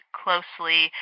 closely